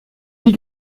wie